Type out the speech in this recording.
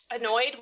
annoyed